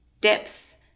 depth